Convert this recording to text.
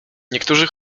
niektórzy